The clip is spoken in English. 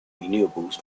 renewables